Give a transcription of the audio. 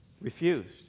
refused